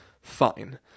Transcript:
Fine